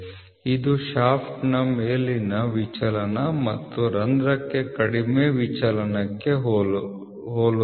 ಇದು ಶಾಫ್ಟ್ನ ಮೇಲಿನ ವಿಚಲನ ಮತ್ತು ರಂಧ್ರಕ್ಕೆ ಕಡಿಮೆ ವಿಚಲನಕ್ಕೆ ಹೋಲುತ್ತದೆ